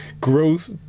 growth